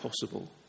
possible